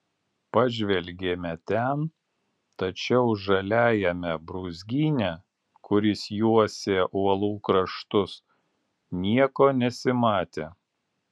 pažvelgėme ten tačiau žaliajame brūzgyne kuris juosė uolų kraštus nieko nesimatė